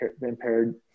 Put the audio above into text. impaired